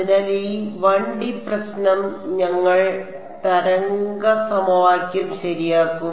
അതിനാൽ ഈ 1D പ്രശ്നം ഞങ്ങൾ തരംഗ സമവാക്യം ശരിയാക്കും